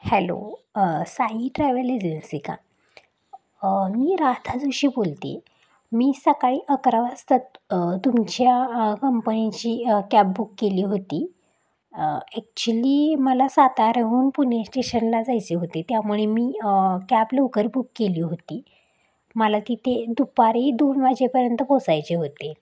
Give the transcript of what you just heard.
hello Sai travel agency का मी राधा जोशी बोलते आहे मी सकाळी अकरा वाजता तुमच्या कंपनीची कॅब बुक केली होती ॲक्च्युली मला साताराहून पुणे स्टेशनला जायचे होते त्यामुळे मी कॅब लवकर बुक केली होती मला तिथे दुपारी दोन वाजेपर्यंत पोचायचे होते